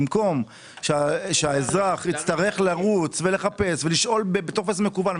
במקום שהאזרח יצטרך לרוץ ולחפש ולשאול בטופס מקוון,